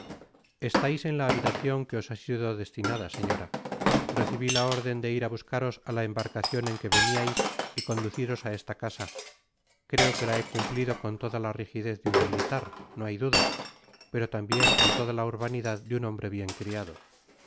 estais en la habitacion que os ba sido destinada señora recibi la órden de ir á buscaros á la embarcacion en que veniais y conduciros á esta casa creo que ta be cumplido con toda la rijidez de un militar no hay duda pero tambien con toda la urbanidad de un hombre bien criado